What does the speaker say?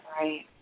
Right